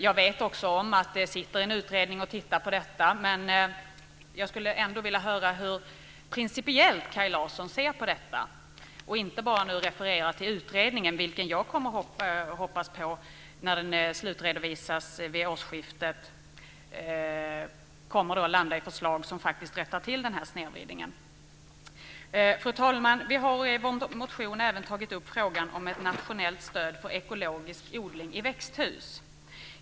Jag vet om att en utredning tittar på detta, men jag skulle ändå vilja höra hur Kaj Larsson principiellt ser på detta och att han inte bara refererar till att utredningen, vilken jag hoppas på, när den slutredovisas vid årsskiftet, kommer att landa i förslag som rättar till den här snedvridningen. Fru talman! Vi har i vår motion även tagit upp frågan om ett nationellt stöd för ekologisk odling i växthus.